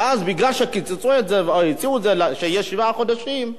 ואז, מכיוון שהציעו שיהיה שבעה חודשים,